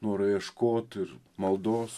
noro ieškot ir maldos